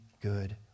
good